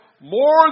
more